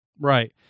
Right